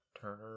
Turner